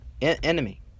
enemy